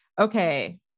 Okay